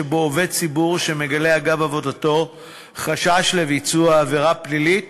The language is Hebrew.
שעובד ציבור שמגלה אגב עבודתו חשש לביצוע עבירה פלילית